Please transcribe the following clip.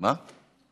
לא.